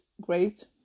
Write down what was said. great